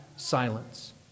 silence